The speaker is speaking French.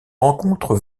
rencontre